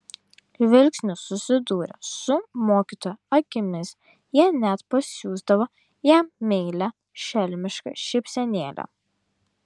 žvilgsniu susidūrę su mokytojo akimis jie net pasiųsdavo jam meilią šelmišką šypsenėlę